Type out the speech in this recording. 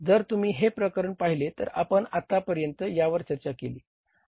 जर तुम्ही हे प्रकरण पाहिले तर आपण आता पर्यंत यावर चर्चा केली